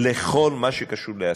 בכל מה שקשור בהסתה,